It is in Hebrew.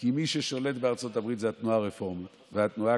כי מי ששולטות בארצות הברית הן התנועה הרפורמית והתנועה